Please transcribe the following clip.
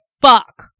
fuck